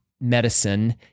medicine